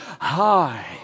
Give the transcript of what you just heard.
high